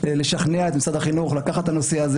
לשכנע את משרד החינוך לקחת אותו,